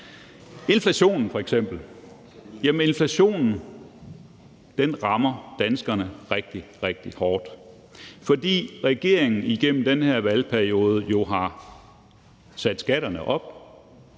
inflationen, som rammer danskerne rigtig, rigtig hårdt, fordi regeringen igennem den her valgperiode har sat skatterne op.